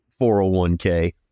401k